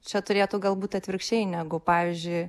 čia turėtų galbūt atvirkščiai negu pavyzdžiui